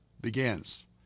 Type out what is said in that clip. begins